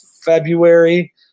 February